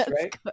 right